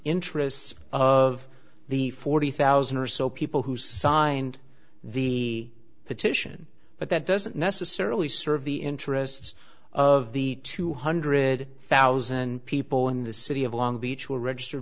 interests of the forty thousand or so people who signed the petition but that doesn't necessarily serve the interests of the two hundred thousand people in the city of long beach were registered